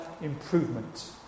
improvement